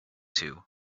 two